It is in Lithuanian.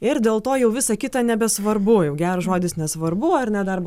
ir dėl to jau visa kita nebesvarbu jau geras žodis nesvarbu ar ne darbo